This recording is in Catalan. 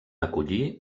acollir